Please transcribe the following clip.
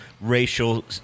racial